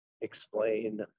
explain